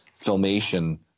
filmation